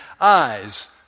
eyes